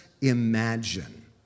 imagine